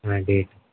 date